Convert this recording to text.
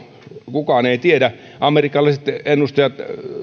kukaan ei tiedä amerikkalaiset ennustajat